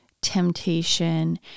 temptation